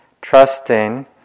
trusting